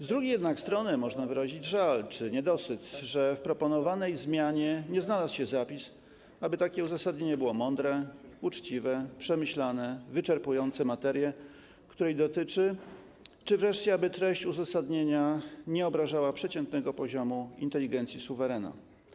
Z drugiej jednak strony można wyrazić żal czy niedosyt, że w proponowanej zmianie nie znalazł się zapis, aby takie uzasadnienie było mądre, uczciwe, przemyślane, wyczerpujące materię, której dotyczy, czy wreszcie, aby treść uzasadnienia nie obrażała przeciętnego poziomu inteligencji suwerena.